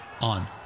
on